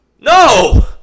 no